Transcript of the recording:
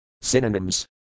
Synonyms